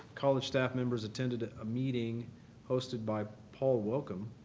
college staff members attended a meeting hosted by paul welcome,